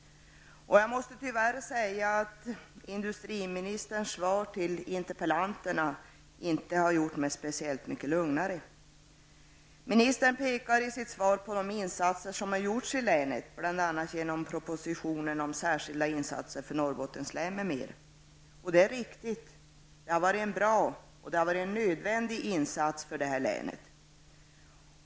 Jag måste tyvärr säga att industriministerns svar till interpellanterna inte har gjort mig så mycket lugnare. Ministern pekar i sitt svar på de insatser som har gjorts i länet, bl.a. genom propositionen om särskilda insatser i Norrbottens län m.m. Det är riktigt att detta har varit en bra och nödvändig insats för länet.